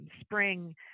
spring